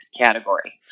category